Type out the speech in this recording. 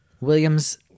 William's